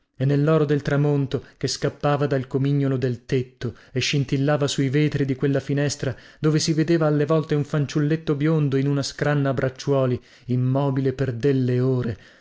e nelloro del tramonto che scappava dal comignolo del tetto e scintillava sui vetri di quella finestra dove si vedeva alle volte un fanciulletto biondo in una scranna a bracciuoli immobile per delle ore